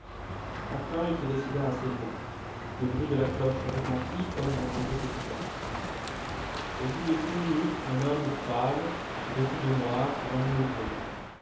enfin il se décida à sonner le bruit de la cloche retentit comme dans un lieu solitaire au bout de dix minutes un homme pâle vêtu de noir vint lui ouvrir